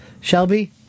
Shelby